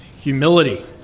humility